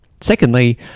Secondly